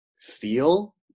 feel